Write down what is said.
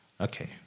Okay